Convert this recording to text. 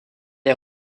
est